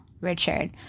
Richard